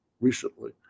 recently